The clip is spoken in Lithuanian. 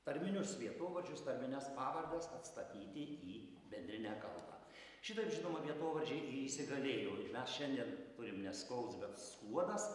tarminius vietovardžius tarmines pavardes atstatyti į bendrinę kalbą šitaip žinoma vietovardžiai ir įsigalėjo ir mes šiandien turim ne skouds bet skuodas